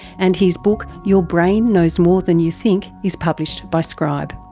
and his book your brain knows more than you think is published by scribe.